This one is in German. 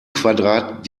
quadrat